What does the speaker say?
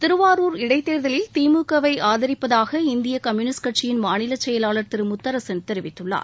திருவாரூர் இடைத்தேர்தலில் திமுகவை ஆதரிப்பதாக இந்திய கம்பூனிஸ்ட் கட்சியின் மாநில செயலாளர் திரு முத்தரசன் தெரிவித்துள்ளார்